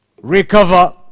recover